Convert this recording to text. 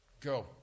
go